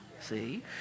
see